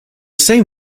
same